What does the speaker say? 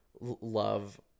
love